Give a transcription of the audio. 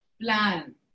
plan